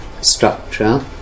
structure